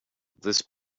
this